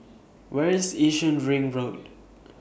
Where IS Yishun Ring Road